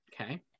Okay